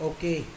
Okay